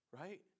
Right